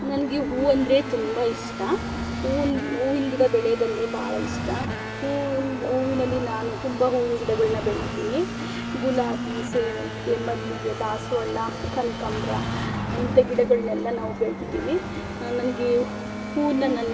ನನಗೆ ಹೂವಂದರೆ ತುಂಬ ಇಷ್ಟ ಹೂವು ಹೂವಿನ ಗಿಡ ಬೆಳೆಯೋದಂದರೆ ಭಾಳ ಇಷ್ಟ ಹೂವುನ್ನ ಹೂವಿನಲ್ಲಿ ನಾನು ತುಂಬ ಹೂವಿನ ಗಿಡಗಳ್ನ ಬೆಳೆದಿದ್ದೀನಿ ಗುಲಾಬಿ ಸೇವಂತಿಗೆ ಮಲ್ಲಿಗೆ ದಾಸವಾಳ ಕನಕಾಂಬ್ರ ಇಂಥ ಗಿಡಗಳ್ನೆಲ್ಲಾ ನಾವು ಬೆಳೆದಿದ್ದೀವಿ ನನಗೀ ಹೂವನ್ನ ನಾನು